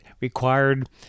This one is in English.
required